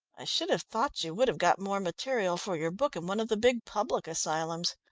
i should have thought you would have got more material for your book in one of the big public asylums.